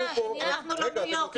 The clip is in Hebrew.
אנחנו לא ניו יורק,